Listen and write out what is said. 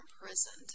imprisoned